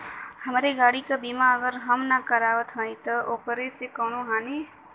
हमरे गाड़ी क बीमा अगर हम ना करावत हई त ओकर से कवनों हानि?